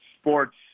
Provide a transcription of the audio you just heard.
sports